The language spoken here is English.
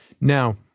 Now